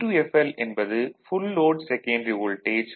V2fl என்பது full load secondary voltage